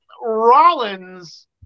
Rollins